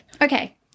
Okay